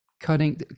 cutting